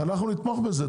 נתמוך בזה.